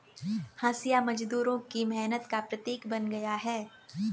हँसिया मजदूरों की मेहनत का प्रतीक बन गया है